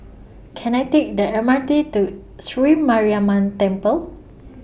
Can I Take The M R T to Sri Mariamman Temple